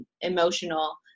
emotional